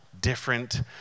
different